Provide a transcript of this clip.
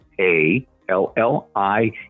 A-L-L-I